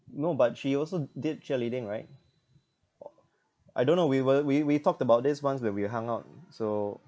no but she also did cheerleading right I don't know we were we we talked about this once when we hung out so